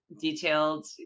detailed